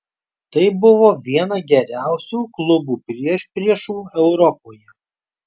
tai buvo viena geriausių klubų priešpriešų europoje